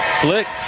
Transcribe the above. flicks